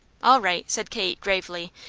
all right, said kate, gravely,